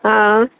हा